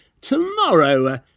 tomorrow